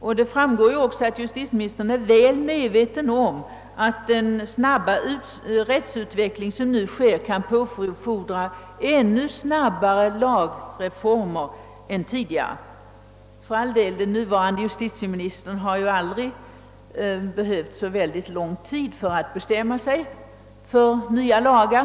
Av svaret framgår också att justitieministern är väl medveten om att den snabba rättsutveckling som nu sker kan påfordra ännu snabbare lagreformer än tidigare. För all del, den nuvarande justitieministern har aldrig behövt lång tid för att bestämma sig för nya lagar.